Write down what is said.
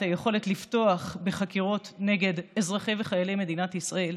היכולת לפתוח בחקירות נגד אזרחי וחיילי מדינת ישראל,